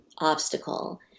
obstacle